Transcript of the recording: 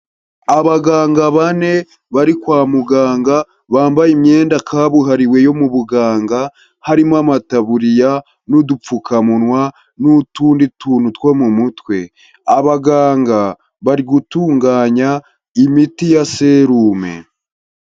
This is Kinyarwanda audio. Abaganga bane bari kwa muganga bambaye imyenda kabuhariwe yo mu buganga harimo amataburiya, n'udupfukamunwa, n'utundi tuntu two mu mutwe. Abaganga barigutunganya imiti ya serume.